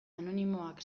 anonimoak